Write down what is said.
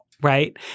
Right